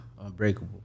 Unbreakable